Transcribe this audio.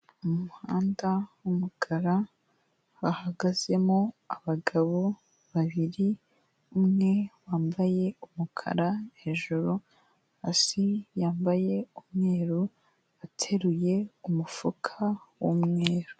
Umuhanda w'umukara hahagazemo abagabo babiri, umwe wambaye umukara hejuru hasi yambaye umweru ateruye umufuka w'umweru.